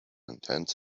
intense